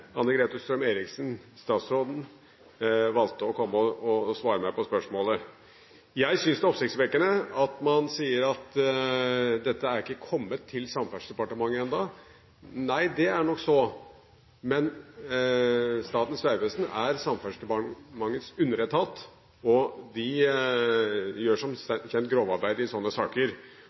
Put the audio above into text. valgte å komme og svare på spørsmålet mitt. Jeg syns det er oppsiktsvekkende at man sier at dette ikke er kommet til Samferdselsdepartementet ennå. Nei, det er nok så, men Statens vegvesen er Samferdselsdepartementets underetat, og de gjør som kjent grovarbeidet i slike saker.